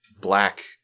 black